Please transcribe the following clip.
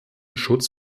schutz